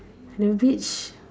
the beach